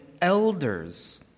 elders